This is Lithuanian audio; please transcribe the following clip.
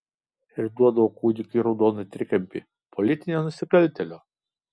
ir duodavo kūdikiui raudoną trikampį politinio nusikaltėlio